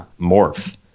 Morph